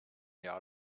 jahr